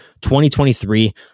2023